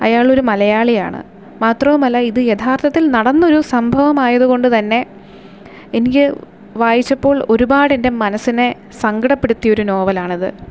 അയാളൊരു മലയാളി ആണ് മാത്രവുമല്ല ഇത് യഥാർത്ഥത്തിൽ നടന്നൊരു സംഭവം ആയതുകൊണ്ട് തന്നെ എനിക്ക് വായിച്ചപ്പോൾ ഒരുപാട് എൻ്റെ മനസിനെ സങ്കടപെടുത്തിയൊരു നോവലാണത്